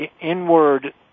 inward